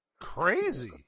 Crazy